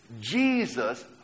Jesus